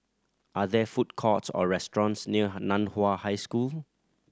are there food courts or restaurants near Nan Hua High School